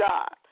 God